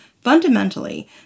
Fundamentally